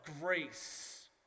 grace